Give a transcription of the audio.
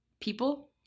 people